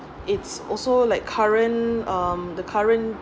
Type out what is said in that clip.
it's also like current um the current